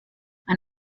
ein